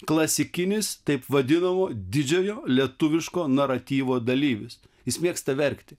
klasikinis taip vadinamo didžiojo lietuviško naratyvo dalyvis jis mėgsta verkti